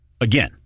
again